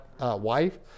wife